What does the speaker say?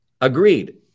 agreed